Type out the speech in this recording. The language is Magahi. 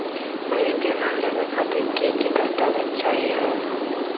हमनी के लोन लेवे खातीर की की दस्तावेज चाहीयो हो?